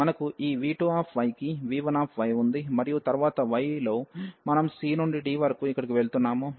మనకు ఈ v2y కి v1y ఉంది మరియు తరువాత y లో మనం c నుండి d వరకు ఇక్కడకు వెళ్తున్నాము